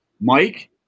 Mike